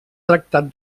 tractat